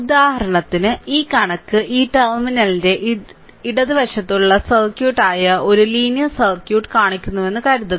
ഉദാഹരണത്തിന് ഈ കണക്ക് ഈ ടെർമിനലിന്റെ ഇടതുവശത്തുള്ള സർക്യൂട്ട് ആയ ഒരു ലീനിയർ സർക്യൂട്ട് കാണിക്കുന്നുവെന്ന് കരുതുക